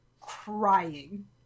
crying